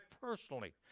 personally